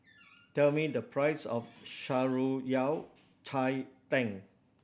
tell me the price of Shan Rui Yao Cai Tang